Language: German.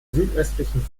südöstlichen